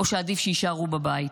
או שעדיף שיישארו בבית.